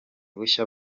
bushya